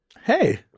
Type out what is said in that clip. Hey